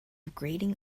grating